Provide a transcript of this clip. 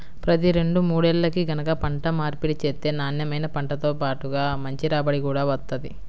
ప్రతి రెండు మూడేల్లకి గనక పంట మార్పిడి చేత్తే నాన్నెమైన పంటతో బాటుగా మంచి రాబడి గూడా వత్తది